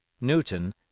Newton